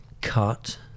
Cut